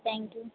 thank you